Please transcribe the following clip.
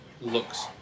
looks